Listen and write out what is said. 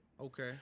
Okay